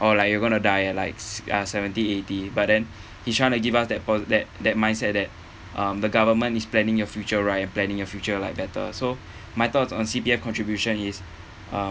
or like you're going to die at like uh seventy eighty but then he trying give us that po~ that that mindset that um the government is planning your future right and planning your future like better so my thoughts on C_P_F contribution is uh